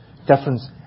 difference